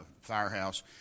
firehouse